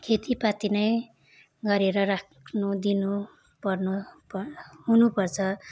खेतीपाती नै गरेर राख्न दिनुपर्ने प हुनुपर्छ